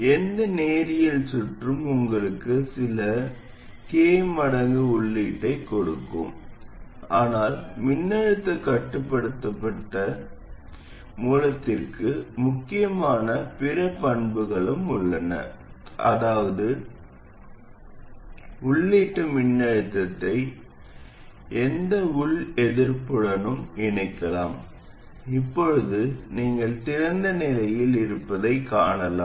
எந்த நேரியல் சுற்றும் உங்களுக்கு சில k மடங்கு உள்ளீட்டைக் கொடுக்கும் ஆனால் மின்னழுத்தக் கட்டுப்படுத்தப்பட்ட மின்னழுத்த மூலத்திற்கு முக்கியமான பிற பண்புகளும் உள்ளன அதாவது உள்ளீட்டு மின்னழுத்தத்தை எந்த உள் எதிர்ப்புடனும் இணைக்கலாம் இப்போது நீங்கள் திறந்த நிலையில் இருப்பதைக் காணலாம்